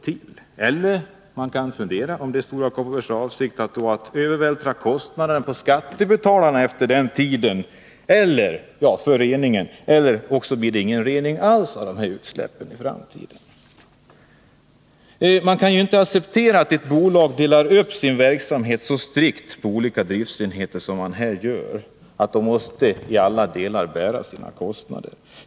Eller är det Stora Kopparbergs avsikt — det kan man fundera över — att efter den tiden övervältra kostnaderna för rening på skattebetalarna? Eller är det meningen att det inte skall bli någon rening alls av utsläppen i framtiden? Man kan inte acceptera att ett bolag, så som Stora Kopparberg gör, strikt delar upp sin verksamhet på olika driftsenheter och hävdar att varje enhet till alla delar måste bära sina egna kostnader.